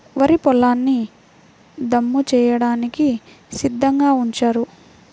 వరి పొలాల్ని దమ్ము చేయడానికి సిద్ధంగా ఉంచారు